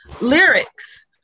lyrics